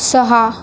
सहा